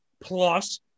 Plus